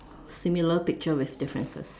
similar picture with differences